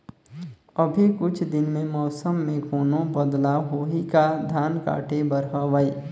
अभी कुछ दिन मे मौसम मे कोनो बदलाव होही का? धान काटे बर हवय?